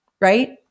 right